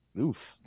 Oof